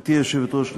היושבת-ראש,